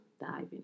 diving